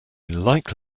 like